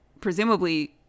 presumably